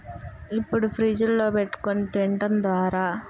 ఇప్పుడు ఫ్రిడ్జ్లో పెట్టుకొని తింటాం ద్వారా